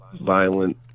violent